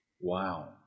wow